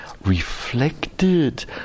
reflected